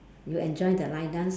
you enjoy the line dance